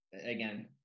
again